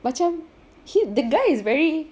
macam he the guy is very